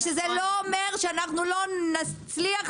ושזה לא אומר שאנחנו לא נצליח -- נכון.